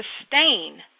sustain